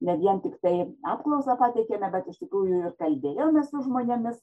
ne vien tiktai apklausą pateikėme bet iš tikrųjų ir kalbėjomės su žmonėmis